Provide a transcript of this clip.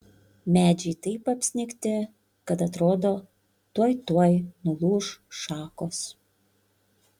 medžiai taip apsnigti kad atrodo tuoj tuoj nulūš šakos